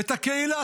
את הקהילה,